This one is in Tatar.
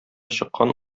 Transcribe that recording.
чыккан